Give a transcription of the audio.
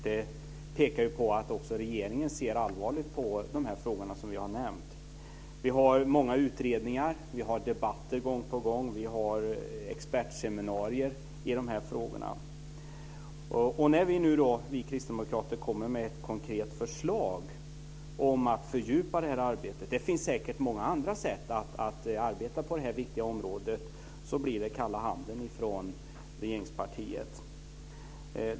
Det pekar på att också regeringen ser allvarligt på de frågor som vi har nämnt. Vi har många utredningar och debatter på gång, och vi har expertseminarier i de här frågorna. När vi kristdemokrater nu kommer med ett konkret förslag om att fördjupa det här arbetet - det finns säkert också många andra sätt att agera på det här viktiga området - blir det kalla handen från regeringspartiet.